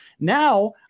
Now